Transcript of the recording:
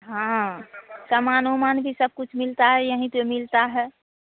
हाँ सामान उमान भी सब कुछ मिलता है यहीं पर मिलता है